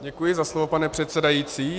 Děkuji za slovo, pane předsedající.